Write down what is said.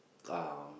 uh